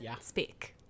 speak